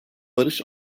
barış